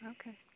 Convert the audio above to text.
Okay